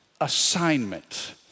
assignment